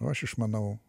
o aš išmanau